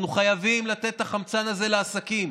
אנחנו חייבים לתת את החמצן הזה לעסקים.